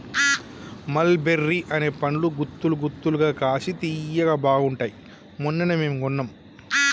మల్ బెర్రీ అనే పండ్లు గుత్తులు గుత్తులుగా కాశి తియ్యగా బాగుంటాయ్ మొన్ననే మేము కొన్నాం